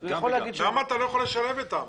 למה אתה לא יכול לשלב אותם?